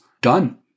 Done